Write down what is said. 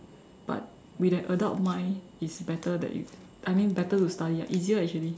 but with that adult mind it's better that you I mean better to study ya easier actually